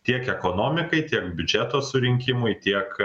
tiek ekonomikai tiek biudžeto surinkimui tiek